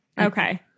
Okay